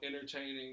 entertaining